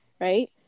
Right